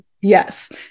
Yes